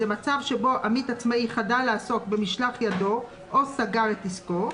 זה מצב שבו עמית עצמאי חדל לעסוק במשלח ידו או סגר את עסקו,